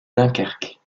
dunkerque